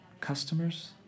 customers